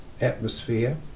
atmosphere